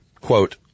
quote